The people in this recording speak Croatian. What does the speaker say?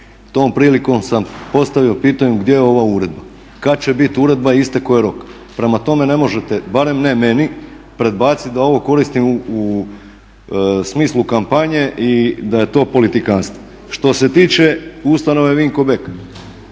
tom prilikom sam postavio pitanje gdje je ova uredba, kad će biti uredba istekao je rok? Prema tome, ne možete, barem ne meni, predbaciti da ovo koristim u smislu kampanje i da je to politikantstvo. Što se tiče ustanove Vinko Bek,